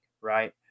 right